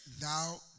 thou